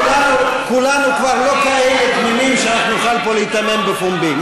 כולנו כבר לא כאלה תמימים שנוכל פה להיתמם בפומבי.